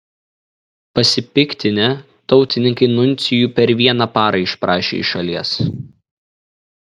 pasipiktinę tautininkai nuncijų per vieną parą išprašė iš šalies